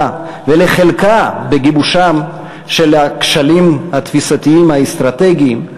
ולחלקה בגיבושם של הכשלים התפיסתיים האסטרטגיים,